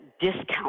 discount